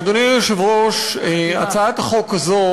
אדוני היושב-ראש, הצעת החוק הזו